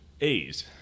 A's